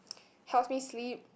helps me sleep